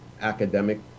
academic